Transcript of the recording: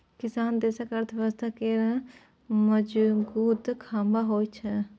किसान देशक अर्थव्यवस्था केर मजगुत खाम्ह होइ छै